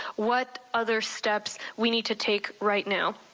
what other steps we need to take right now.